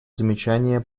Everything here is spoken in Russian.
замечания